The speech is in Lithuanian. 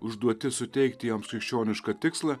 užduotis suteikti joms krikščionišką tikslą